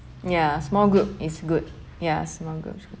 ya small group is good ya small groups go~